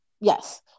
yes